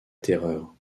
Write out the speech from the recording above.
terreur